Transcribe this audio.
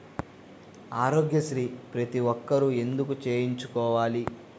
ఆరోగ్యశ్రీ ప్రతి ఒక్కరూ ఎందుకు చేయించుకోవాలి?